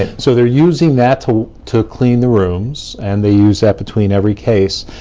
and so they're using that to to clean the rooms, and they use that between every case.